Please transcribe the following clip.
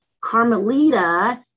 Carmelita